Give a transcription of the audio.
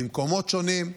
ממקומות שונים,